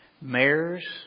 mayors